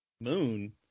Moon